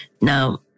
Now